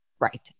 Right